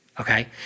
Okay